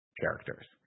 characters